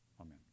Amen